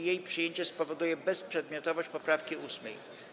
Jej przyjęcie spowoduje bezprzedmiotowość poprawki 8.